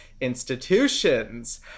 Institutions